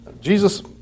Jesus